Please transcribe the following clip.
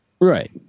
Right